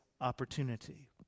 opportunity